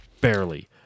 barely